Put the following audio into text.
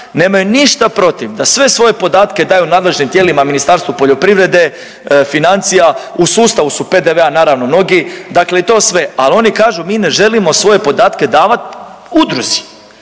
nemaju ništa protiv da sve svoje podatke daju nadležnim tijelima, Ministarstvu poljoprivrede, financija, u sustavu su PDV-a, naravno, mnogi, dakle i to sve, ali oni kažu, mi ne želimo svoje podatke davati udruzi.